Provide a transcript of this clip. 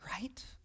right